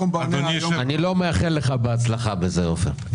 אני לא מאחל לך בהצלחה בזה, עופר.